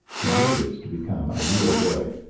and wishes to become a real boy.